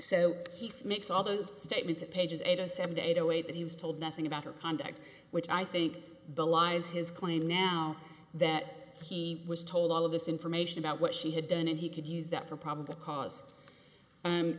so he sneaks all those statements of pages eight zero seven date away that he was told nothing about her conduct which i think the lies his claim now that he was told all of this information about what she had done and he could use that for probable cause